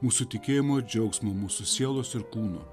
mūsų tikėjimo ir džiaugsmo mūsų sielos ir kūno